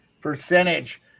percentage